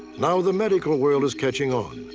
now the medical world is catching on.